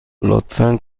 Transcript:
لطفا